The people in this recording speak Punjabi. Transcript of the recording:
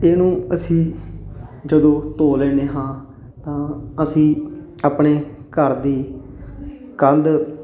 ਇਹਨੂੰ ਅਸੀਂ ਜਦੋਂ ਧੋ ਲੈਂਦੇ ਹਾਂ ਤਾਂ ਅਸੀਂ ਆਪਣੇ ਘਰ ਦੀ ਕੰਧ